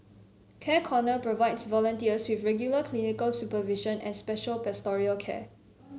Care Corner provides volunteers with regular clinical supervision and special pastoral care